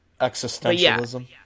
Existentialism